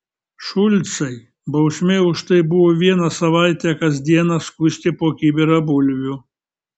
šulcai bausmė už tai buvo vieną savaitę kas dieną skusti po kibirą bulvių